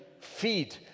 feed